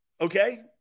Okay